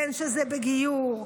בין שזה בגיור,